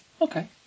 okay